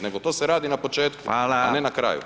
Nego to se radi na početku, a ne na kraju.